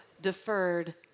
deferred